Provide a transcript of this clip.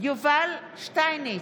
יובל שטייניץ,